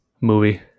Movie